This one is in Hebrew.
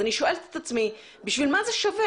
אז אני שואלת את עצמי בשביל מה זה שווה.